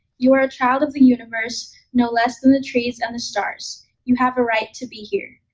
you are a child of the universe no less than the trees and the stars you have a right to be here.